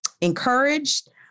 encouraged